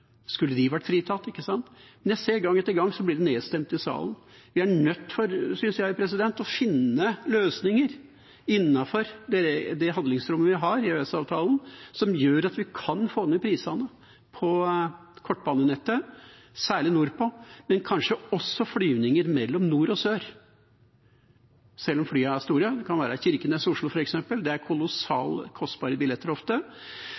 Skulle de vært fritatt? Men jeg ser gang etter gang at det blir nedstemt i salen. Vi er nødt til, synes jeg, å finne løsninger innenfor det handlingsrommet vi har i EØS-avtalen, som gjør at vi kan få ned prisene på kortbanenettet, særlig nordpå, men kanskje også på flyvninger mellom nord og sør, selv om flyene er store. Det kan være Kirkenes–Oslo, f.eks. Det er ofte kolossalt kostbare billetter. Det er